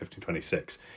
1526